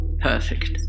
perfect